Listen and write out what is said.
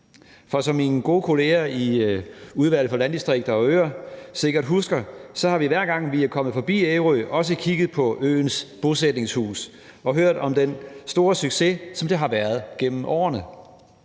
for som mine gode kolleger i Udvalget for Landdistrikter og Øer sikkert husker, har vi, hver gang vi er kommet forbi Ærø, også kigget på øens bosætningshus og hørt om den store succes, som det har været gennem årene.